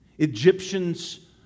Egyptians